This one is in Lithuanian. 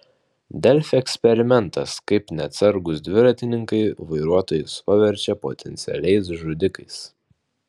delfi eksperimentas kaip neatsargūs dviratininkai vairuotojus paverčia potencialiais žudikais